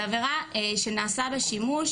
זאת עבירה שנעשה בה שימוש,